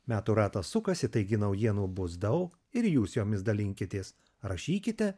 metų ratas sukasi taigi naujienų bus daug ir jūs jomis dalinkitės rašykite